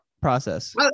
Process